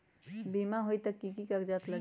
बिमा होई त कि की कागज़ात लगी?